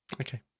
okay